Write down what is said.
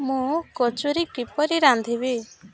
ମୁଁ କଚୁରି କିପରି ରାନ୍ଧିବି